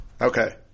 Okay